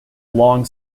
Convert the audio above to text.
long